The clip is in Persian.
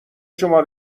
شما